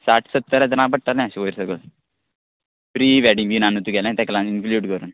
साठ सत्तर हजरा पडटलें अशें वयर सकल प्री वॅडींग बीन आ न्हू तुगेलें ताका लागून इन्क्यूड करून